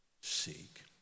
seek